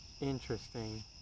Interesting